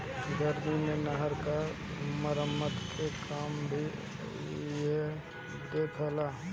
गर्मी मे नहर क मरम्मत के काम भी इहे देखेला